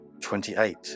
Twenty-eight